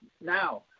now